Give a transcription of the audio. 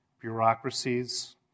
bureaucracies